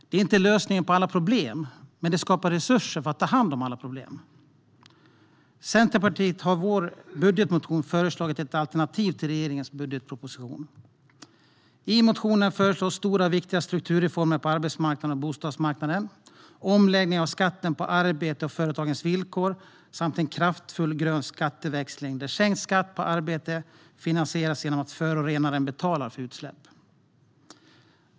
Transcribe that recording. Det är inte lösningen på alla problem, men det skapar resurser för att ta hand om alla problem. Vi i Centerpartiet har i vår budgetmotion föreslagit ett alternativ till regeringens budgetproposition. I motionen föreslås stora och viktiga strukturreformer på arbetsmarknaden och bostadsmarknaden, omläggningar av skatten på arbete och företagens villkor samt en kraftfull grön skatteväxling, där sänkt skatt på arbete finansieras genom att förorenaren betalar för utsläpp.